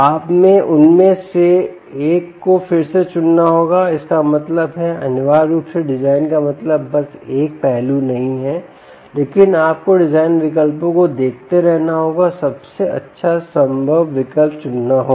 आपको उनमें से एक को फिर से चुनना होगा और इसका मतलब है अनिवार्य रूप से डिजाइन का मतलब बस एक पहलू नहीं है लेकिन आपको डिज़ाइन विकल्पों को देखते रहना होगा और सबसे अच्छा संभव विकल्प चुनना होगा